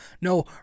No